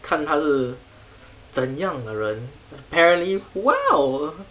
看她是怎样的人 apparently well